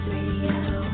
Radio